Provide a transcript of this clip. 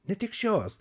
ne tik šios